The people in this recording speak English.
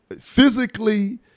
physically